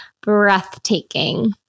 breathtaking